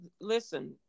listen